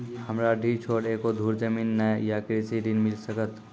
हमरा डीह छोर एको धुर जमीन न या कृषि ऋण मिल सकत?